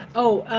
oh,